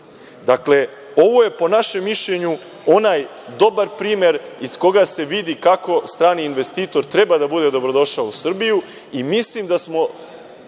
itd. Dakle, ovo je po našem mišljenju onaj dobar primer iz koga se vidi kako strani investitor treba da bude dobrodošao u Srbiju i mislim da smo